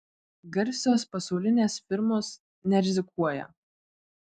garsios pasaulinės firmos nerizikuoja